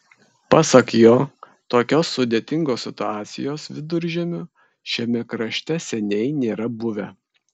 pasak jo tokios sudėtingos situacijos viduržiemiu šiame krašte seniai nėra buvę